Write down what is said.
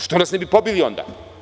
Što nas ne bi pobili onda?